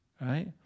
Right